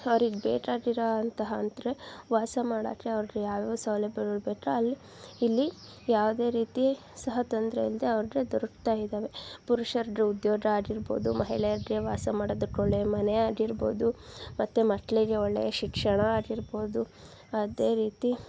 ಅವ್ರಿಗೆ ಬೇಕಾಗಿರೋ ಅಂತಹ ಅಂದರೆ ವಾಸ ಮಾಡಕ್ಕೆ ಅವ್ರಿಗೆ ಯಾವ್ಯಾವ ಸೌಲಭ್ಯಗಳು ಬೇಕೋ ಅಲ್ಲಿ ಇಲ್ಲಿ ಯಾವುದೇ ರೀತಿ ಸಹ ತೊಂದರೆ ಇಲ್ಲದೆ ಅವ್ರಿಗೆ ದೊರಕ್ತಾ ಇದಾವೆ ಪುರುಷರಿಗೆ ಉದ್ಯೋಗ ಆಗಿರ್ಬೋದು ಮಹಿಳೆಯರಿಗೆ ವಾಸ ಮಾಡೋದಕ್ಕೆ ಒಳ್ಳೆಯ ಮನೆ ಆಗಿರ್ಬೋದು ಮತ್ತು ಮಕ್ಕಳಿಗೆ ಒಳ್ಳೆಯ ಶಿಕ್ಷಣ ಆಗಿರ್ಬೋದು ಅದೇ ರೀತಿ